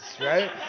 right